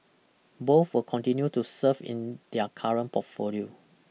both will continue to serve in their current portfolio